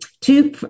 two